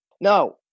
no